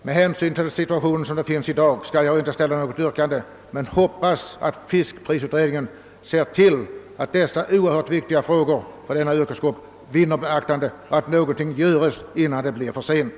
Med hänsyn till frågans läge i dag skall jag emellertid inte ställa något yrkande nu men hoppas att fiskprisutredningen beaktar denna för yrkesfiskarna så oerhört viktiga fråga och ser till att något görs innan det blir för sent.